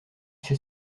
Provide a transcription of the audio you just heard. sais